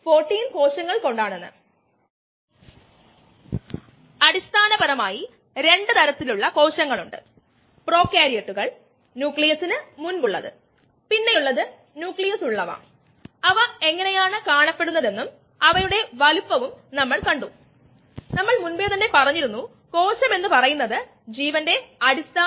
detergent വ്യവസായത്തിൽ ഇവ വളരെയധികം ഉപയോഗിക്കുന്നു പ്രത്യേകിച്ചും ഡിറ്റർജന്റുകളുടെ ശുചീകരണ ശേഷി മെച്ചപ്പെടുത്തുന്നതിന് പ്രോട്ടീസുകൾ അമിലേസ് തുടങ്ങിയവ ഉപയോഗിക്കുന്നു